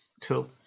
cool